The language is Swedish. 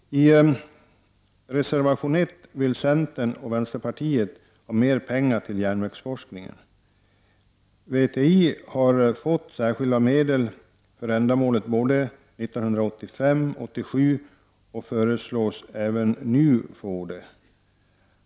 I reservation 1 framför centern och vänsterpartiet krav på mer pengar till järnvägsforskning. VTI har fått särskilda medel för ändamålet både 1985 och 1987 och föreslås få det även nu.